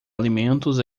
alimentos